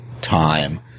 time